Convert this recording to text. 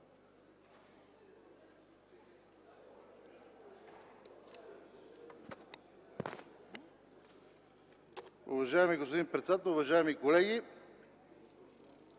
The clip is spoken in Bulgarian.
Уважаеми господин председател, уважаеми колеги!